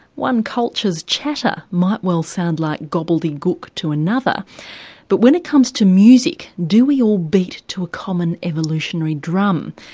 one culture's chatter might well sound like gobbledygook to another but when it comes to music do we all beat to a common evolutionary drum?